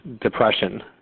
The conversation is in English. depression